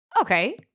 Okay